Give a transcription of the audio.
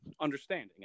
understanding